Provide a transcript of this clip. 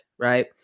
right